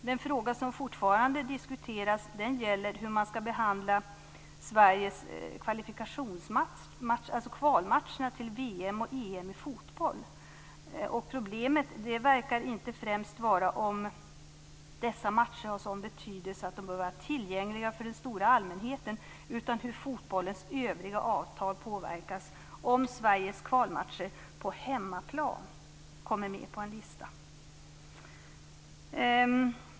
Den fråga som fortfarande diskuteras gäller hur man skall behandla Sveriges kvalmatcher till VM och Problemet verkar inte främst vara om dessa matcher har sådan betydelse att de bör vara tillgängliga för den stora allmänheten utan hur fotbollens övriga avtal påverkas om Sveriges kvalmatcher på hemmaplan kommer med på en lista.